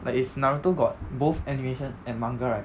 like if naruto got both animation and manga right